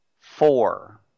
four